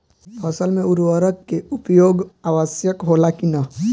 फसल में उर्वरक के उपयोग आवश्यक होला कि न?